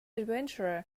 adventurer